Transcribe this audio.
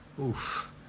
Oof